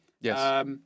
Yes